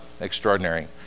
extraordinary